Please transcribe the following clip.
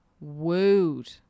wooed